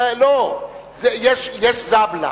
יש זבל"א.